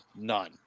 none